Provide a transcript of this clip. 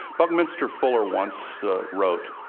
buckminster fuller once wrote,